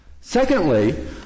Secondly